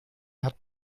hat